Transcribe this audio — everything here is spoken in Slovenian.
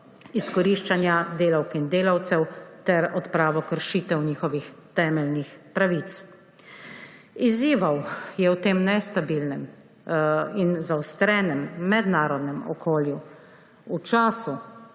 izkoriščanja delavk in delavcev ter odpravo kršitev njihovih temeljnih pravic. Izzivov je v tem nestabilnem in zaostrenem mednarodnem okolju v času